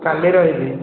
କାଲି ରହିବି